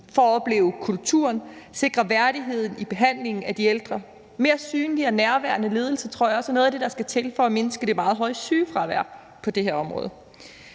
for at opleve kulturen og sikre værdigheden i behandlingen af de ældre. Mere synlig og nærværende ledelse tror jeg også er noget af det, der skal til for at mindske det meget høje sygefravær på det her område.